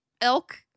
elk